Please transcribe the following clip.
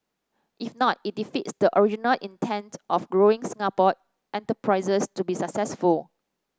if not it defeats the original intent of growing Singapore enterprises to be successful